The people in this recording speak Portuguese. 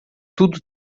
tudo